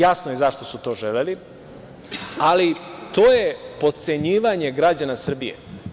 Jasno je zašto su to želeli, ali to je potcenjivanje građana Srbije.